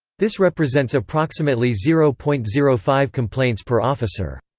this represents approximately zero point zero five complaints per officer.